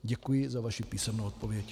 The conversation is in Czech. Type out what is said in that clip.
Děkuji za vaši písemnou odpověď.